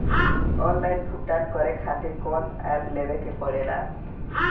Online भुगतान करके के खातिर कौनो ऐप लेवेके पड़ेला?